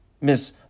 Miss